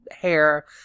hair